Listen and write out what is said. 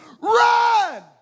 Run